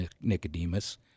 Nicodemus